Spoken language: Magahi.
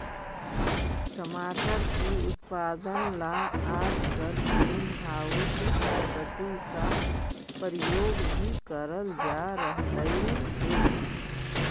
टमाटर की उत्पादन ला आजकल ग्रीन हाउस पद्धति का प्रयोग भी करल जा रहलई हे